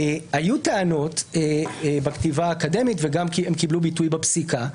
היו טענות בכתיבה האקדמית והן גם קיבלו ביטוי בפסיקה,